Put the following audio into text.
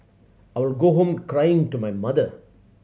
I would go home crying to my mother